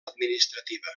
administrativa